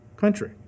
country